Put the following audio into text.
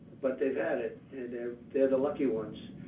but they've had it there. they're the lucky ones.